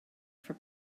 for